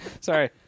Sorry